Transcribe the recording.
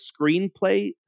screenplay